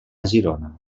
girona